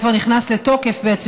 הוא נכנס לתוקף כבר,